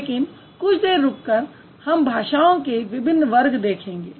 लेकिन कुछ देर रुककर हम भाषाओं के विभिन्न वर्ग देखेंगे